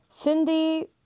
Cindy